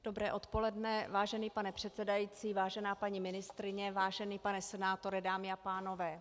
Dobré odpoledne vážený pane předsedající, vážená paní ministryně, vážený pane senátore, dámy a pánové.